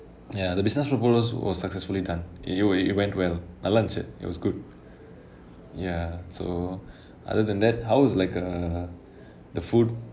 ya the business proposal was successfully done it eh it went well நல்லா இருந்துச்சு:nallaa irunthuchu it was good ya so other than that how was like err the food